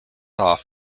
off